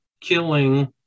killing